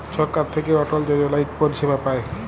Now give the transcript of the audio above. ছরকার থ্যাইকে অটল যজলা ইক পরিছেবা পায়